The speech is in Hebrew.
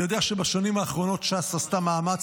אני יודע שבשנים האחרונות ש"ס עשתה מאמץ